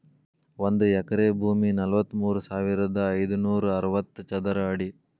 ಒಂದ ಎಕರೆ ಭೂಮಿ ನಲವತ್ಮೂರು ಸಾವಿರದ ಐದನೂರ ಅರವತ್ತ ಚದರ ಅಡಿ